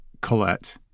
Colette